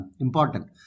important